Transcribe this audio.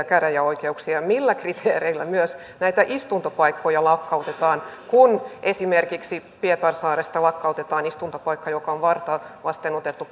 käräjäoikeuksia millä kriteereillä myös näitä istuntopaikkoja lakkautetaan kun esimerkiksi pietarsaaresta lakkautetaan istuntopaikka joka on varta vasten otettu